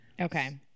Okay